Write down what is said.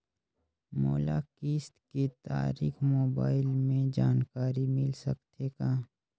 मोला किस्त के तारिक मोबाइल मे जानकारी मिल सकथे का?